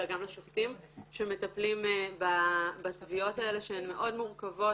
אלא גם לשופטים שמטפלים בתביעות האלה שהן מאוד מורכבות